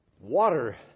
water